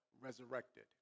resurrected